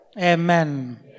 Amen